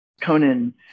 Conan